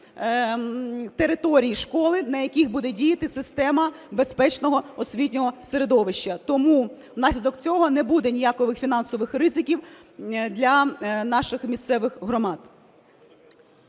території школи, на яких буде діяти система безпечного освітнього середовища. Тому внаслідок цього не буде ніяких фінансових ризиків для наших місцевих громад.